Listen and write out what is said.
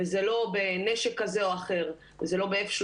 וזה לא בנשק כזה או אחר וזה לא ב-35F,